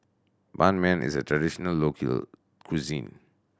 Ban Mian is a traditional local cuisine